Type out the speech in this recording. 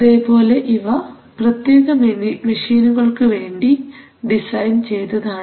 അതേപോലെ ഇവ പ്രത്യേക മെഷീനുകൾക്ക് വേണ്ടി ഡിസൈൻ ചെയ്തതാണ്